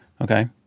okay